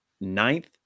ninth